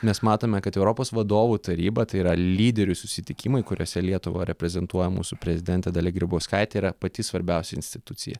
mes matome kad europos vadovų taryba tai yra lyderių susitikimai kuriuose lietuvą reprezentuoja mūsų prezidentė dalia grybauskaitė yra pati svarbiausia institucija